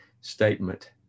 statement